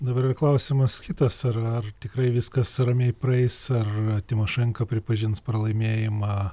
dabar yra klausimas kitas yra ar tikrai viskas ramiai praeis ar timošenka pripažins pralaimėjimą